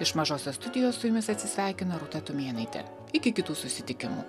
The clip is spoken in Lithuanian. iš mažosios studijos su jumis atsisveikina rūta tumėnaitė iki kitų susitikimų